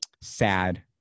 sad